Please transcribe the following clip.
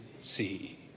see